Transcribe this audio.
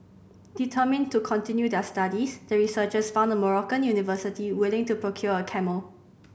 determined to continue their studies the researchers found a Moroccan university willing to procure a camel